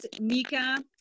Mika